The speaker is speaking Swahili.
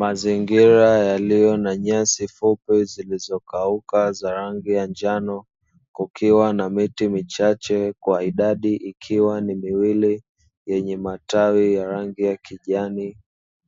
Mazingira yaliyo na nyasi fupi zilizokauka za rangi ya njano kukiwa na miti michache kwa idadi ikiwa ni miwili yenye matawi ya rangi ya kijani